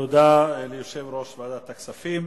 תודה ליושב-ראש ועדת הכספים.